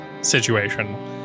situation